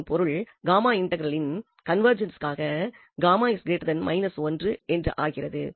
இதன் பொருள் காமா இன்டெக்ரலின் கன்வெர்ஜென்ஸ்க்காக என்றாகிறது